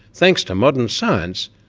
thanks to modern science,